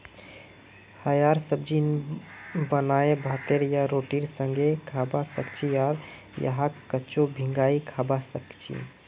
यहार सब्जी बनाए भातेर या रोटीर संगअ खाबा सखछी आर यहाक कच्चो भिंगाई खाबा सखछी